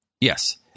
Yes